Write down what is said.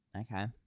Okay